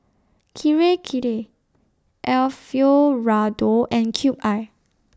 Kirei Kirei Alfio Raldo and Cube I